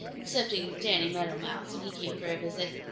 excepting danny meadow mouse when he came for a visit.